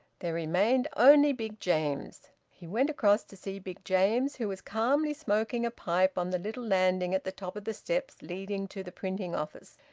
there remained only big james. he went across to see big james, who was calmly smoking a pipe on the little landing at the top of the steps leading to the printing office.